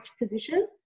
position